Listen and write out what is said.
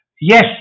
yes